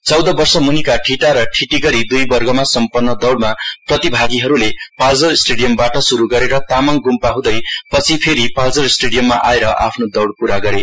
चौध वर्ष मुनिका ठिटा र ठिटी गरी दुई वर्गमा सम्पन्न दौड़मा प्रतिभागिहरुले पालजर स्टेडियमबाट शुरु गरेर तामाङ गुम्पा हुँदै पछि फेरी पालजर स्टेडियममा आएर आफ्नो दौड़ पूरा गरे